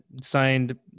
signed